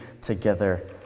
together